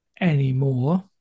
anymore